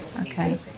Okay